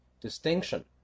distinction